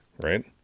right